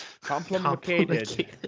complicated